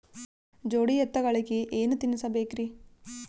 ಜೋಡಿ ಎತ್ತಗಳಿಗಿ ಏನ ತಿನಸಬೇಕ್ರಿ?